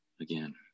again